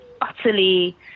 utterly